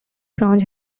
branch